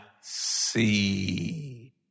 see